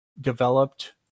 developed